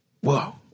Whoa